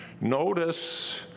Notice